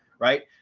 right.